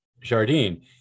Jardine